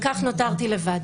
כך נותרתי לבד.